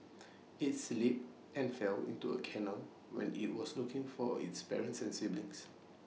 IT slipped and fell into A canal when IT was looking for its parents and siblings